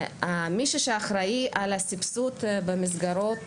מישהו שאחראי על הסבסוד מסגרות